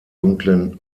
dunklen